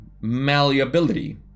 malleability